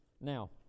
Now